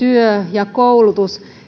ja koulutus